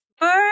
Bird